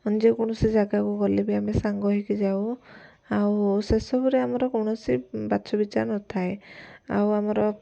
on ଯେ କୌଣସି ଜାଗାକୁ ଗଲେ ମଧ୍ୟ ଆମେ ସାଙ୍ଗ ହେଇକି ଯାଉ ଆଉ ସେସବୁରେ ଆମର କୌଣସି ବାଛ ବିଚାର ନଥାଏ ଆଉ ଆମର